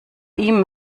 ihm